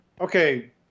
Okay